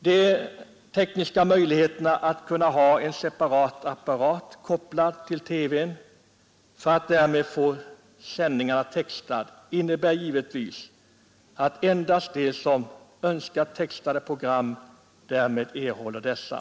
De tekniska möjligheterna att ha en separat apparat kopplad till TV:n för att därmed få sändningen textad innebär givetvis att endast de som önskar textade program erhåller dessa.